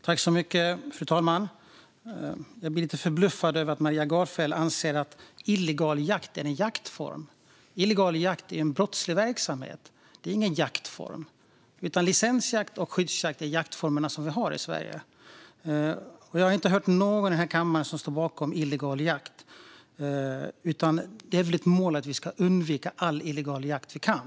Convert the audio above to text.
Fru talman! Jag blir lite förbluffad över att Maria Gardfjell anser att illegal jakt är en jaktform. Illegal jakt är en brottslig verksamhet, ingen jaktform. Licensjakt och skyddsjakt är jaktformerna som finns i Sverige. Jag har inte hört någon i kammaren stå bakom illegal jakt. Det är väl ett mål att vi ska undvika all illegal jakt vi kan.